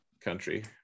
country